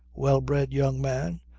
well-bred young man,